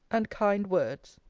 and kind words.